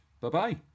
Bye-bye